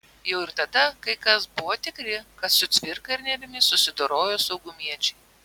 jau ir tada kai kas buvo tikri kad su cvirka ir nėrimi susidorojo saugumiečiai